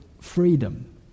freedom